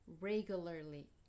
regularly